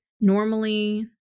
Normally